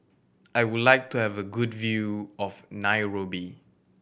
I would like to have a good view of Nairobi